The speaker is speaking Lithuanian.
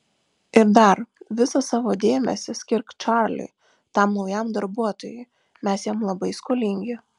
ir dar visą savo dėmesį skirk čarliui tam naujam darbuotojui mes jam labai skolingi